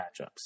matchups